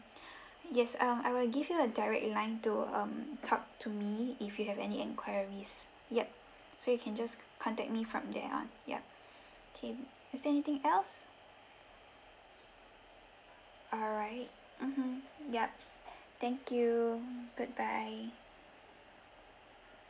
yes I'll I'll give you a direct line to um talk to me if you have any enquiries ya so you can just contact me from there on ya okay is there anything else alright mmhmm ya thank you goodbye